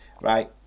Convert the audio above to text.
right